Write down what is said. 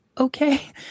okay